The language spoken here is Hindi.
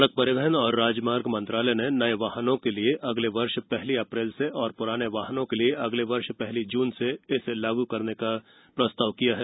सड़क परिवहन और राजमार्ग मंत्रालय ने नये वाहनों के लिए अगले वर्ष पहली अप्रैल से और पुराने वाहनों के लिए अगले वर्ष पहली जून से इसे लागू करने का प्रस्ताव किया है